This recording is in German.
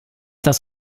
das